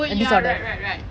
oh ya right right right